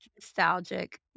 nostalgic